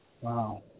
Wow